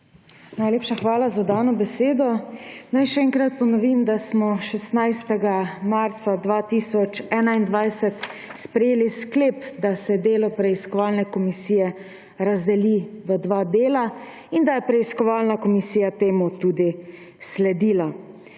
Najlepša hvalaza dano besedo. Naj še enkrat ponovim, da smo 16. marca 2021 sprejeli sklep, da se delo preiskovalne komisije razdeli na dva dela in da je preiskovalna komisija temu tudi sledila.